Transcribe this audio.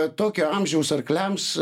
kad tokio amžiaus arkliams